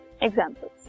examples